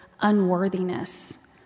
unworthiness